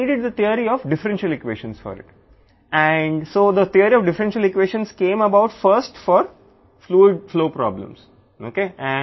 కాబట్టి వారికి దాని కోసం డిఫరెన్షియల్ ఈక్వేషన్ల సిద్ధాంతం అవసరం కాబట్టి ప్లూయిడ్ ప్రవాహ సమస్యల కోసం మొదట డిఫరెన్షియల్ ఈక్వేషన్ల సిద్ధాంతం వచ్చింది